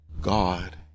God